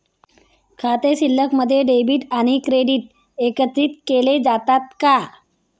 खाते शिल्लकमध्ये डेबिट आणि क्रेडिट एकत्रित केले जातात का?